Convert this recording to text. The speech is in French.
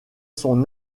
son